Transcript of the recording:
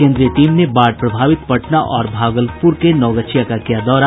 केंद्रीय टीम ने बाढ़ प्रभावित पटना और भागलपूर के नवगछिया का किया दौरा